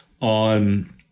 on